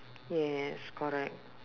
yes correct